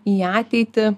į ateitį